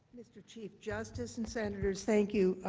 mr. chief justice and centers thank you,